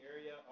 area